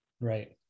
Right